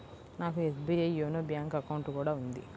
నాకు SBI YONO bank account కూడా ఉంది